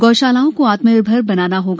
गौशालाओं को आत्म निर्भर बनाना होगा